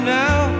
now